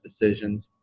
decisions